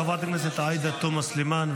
חברת הכנסת עאידה תומא סלימאן,